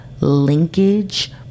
linkage